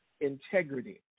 integrity